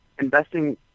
investing